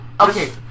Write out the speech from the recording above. Okay